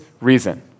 reason